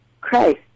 Christ